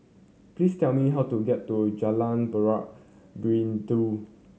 please tell me how to get to Jalan Buloh Perindu